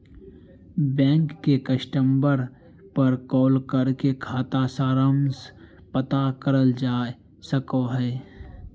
bank के customer पर call करके खाता सारांश पता करल जा सको हय